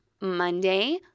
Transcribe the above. Monday